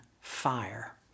fire